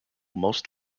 most